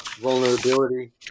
vulnerability